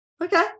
Okay